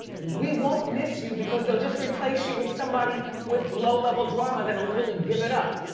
we won't miss you because they'll just replace you with somebody with low-level drama that will really give it up,